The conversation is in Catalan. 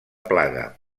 plaga